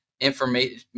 information